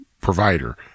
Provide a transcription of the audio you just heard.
provider